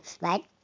Right